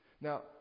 Now